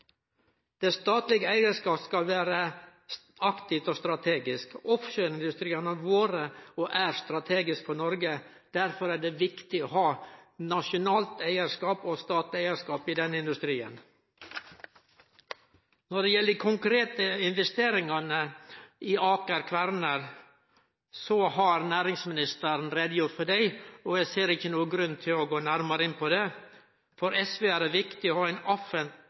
statlege eigarskapen skal vere aktiv og strategisk. Offshoreindustrien har vore og er strategisk for Noreg. Derfor er det viktig å ha nasjonal eigarskap og statleg eigarskap i denne industrien. Når det gjeld dei konkrete investeringane i Aker Kværner, har næringsministeren gjort greie for dei, og eg ser ikkje nokon grunn til å gå nærare inn på det. For SV er det viktig å ha ein